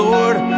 Lord